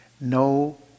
No